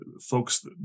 folks